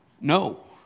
no